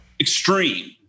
extreme